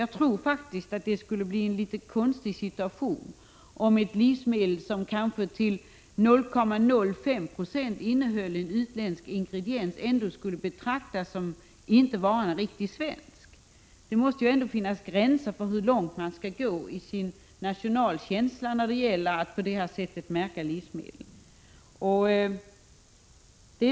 Jag tror att det skulle uppstå en något konstig situation om ett livsmedel som till kanske 0,05 96 innehöll en utländsk ingrediens inte skulle betraktas som ett svenskt livsmedel. Det måste ändå finnas en gräns för hur långt man skall gå i sin nationalkänsla när det gäller att på detta sätt märka livsmedel.